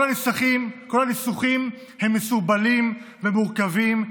כל הניסוחים הם מסורבלים ומורכבים.